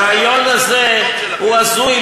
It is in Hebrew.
הרעיון הזה הוא הזוי,